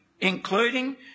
including